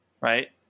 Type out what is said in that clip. Right